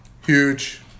Huge